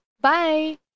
Bye